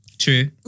True